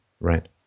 right